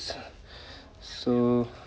so